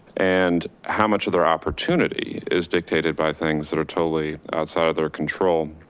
and how much of their opportunity is dictated by things that are totally outside of their control.